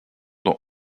dans